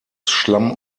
schlamm